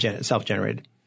self-generated